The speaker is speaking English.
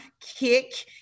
Kick